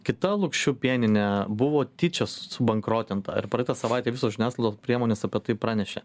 kita lukšių pieninė buvo tyčia subankrotinta ir praeitą savaitę visos žiniasklaidos priemonės apie tai pranešė